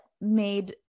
made